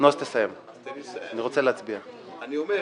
אני אומר,